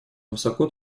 высоко